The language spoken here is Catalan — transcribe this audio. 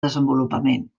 desenvolupament